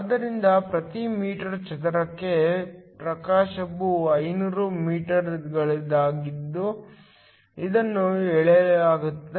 ಆದ್ದರಿಂದ ಪ್ರತಿ ಮೀಟರ್ ಚದರಕ್ಕೆ ಪ್ರಕಾಶವು 500 ವ್ಯಾಟ್ಗಳಿದ್ದಾಗ ಇದನ್ನು ಎಳೆಯಲಾಗುತ್ತದೆ